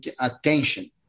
attention